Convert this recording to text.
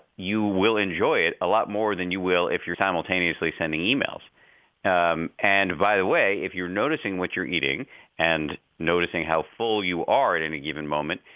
you will enjoy it a lot more than you will if you're simultaneously sending emails um and by the way, if you're noticing what you're eating and noticing how full you are at any given moment,